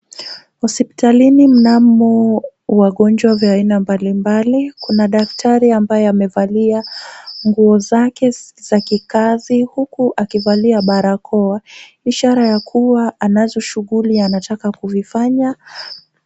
Hospitalini mnamo wagonjwa vya aina mbalimbali. Kuna daktari ambaye amevalia nguo zake za kikazi huku akivalia barakoa, ishara ya kuwa anazo shughuli anataka kuvifanya.